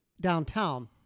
downtown